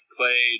Clay